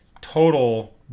total